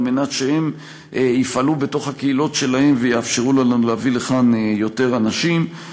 על מנת שהם יפעלו בתוך הקהילות שלהם ויאפשרו לנו להביא לכאן יותר אנשים.